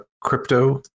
crypto